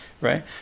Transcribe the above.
right